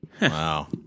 wow